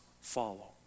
follow